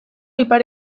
ipar